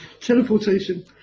Teleportation